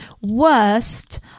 worst